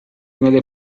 nelle